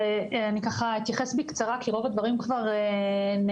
אתייחס בקצרה כי רוב הדברים כבר נאמרו,